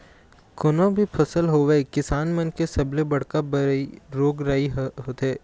कोनो भी फसल होवय किसान मन के सबले बड़का बइरी रोग राई ह होथे